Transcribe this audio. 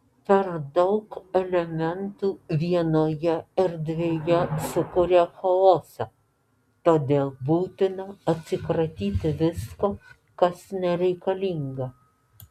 per daug elementų vienoje erdvėje sukuria chaosą todėl būtina atsikratyti visko kas nereikalinga